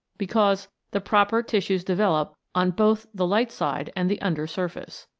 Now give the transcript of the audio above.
because the proper tissues develop on both the light-side and the under surface.